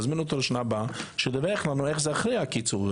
להזמין אותו לשנה הבאה שידווח לנו איך זה אחרי הקיצור,